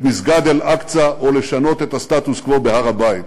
מסגד אל-אקצא או לשנות את הסטטוס-קוו בהר-הבית.